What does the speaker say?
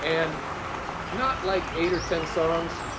and not like eight or ten songs,